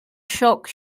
shock